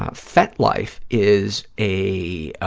ah fetlife is a